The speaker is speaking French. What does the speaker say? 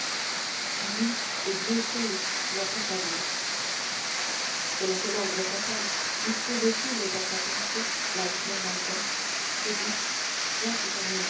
lui et dieu seul l'ont pu savoir selon quel ordre fatal disposait il dans sa pensée la esmeralda phoebus jacques